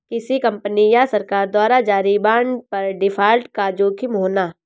किसी कंपनी या सरकार द्वारा जारी बांड पर डिफ़ॉल्ट का जोखिम होना